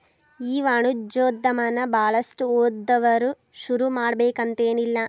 ಈ ವಾಣಿಜ್ಯೊದಮನ ಭಾಳಷ್ಟ್ ಓದ್ದವ್ರ ಶುರುಮಾಡ್ಬೆಕಂತೆನಿಲ್ಲಾ